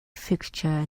fixture